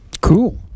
Cool